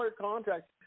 contract